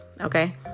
okay